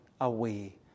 away